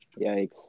Yikes